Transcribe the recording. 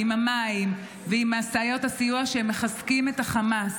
עם המים ועם משאיות הסיוע הוא שהם מחזקים את החמאס.